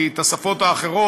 כי את השפות האחרות